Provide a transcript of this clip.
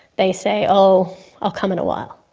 they say, oh i'll come in a while.